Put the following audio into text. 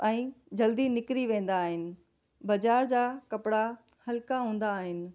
ऐं जल्दी निकिरी वेंदा आहिनि बाज़ारि जा कपिड़ा हलिका हूंदा आहिनि